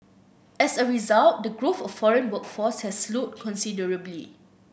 as a result the growth of foreign workforce has slowed considerably